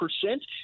percent